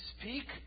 Speak